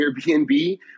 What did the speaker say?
Airbnb